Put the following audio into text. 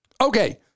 okay